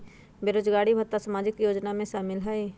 बेरोजगारी भत्ता सामाजिक योजना में शामिल ह ई?